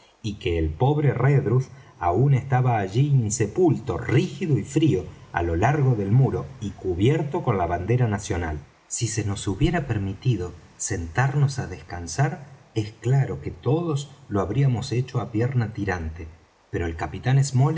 y que el pobre redruth aun estaba allí insepulto rígido y frío á lo largo del muro y cubierto con la bandera nacional si se nos hubiera permitido sentarnos á descansar es claro que todos lo habríamos hecho á pierna tirante pero el capitán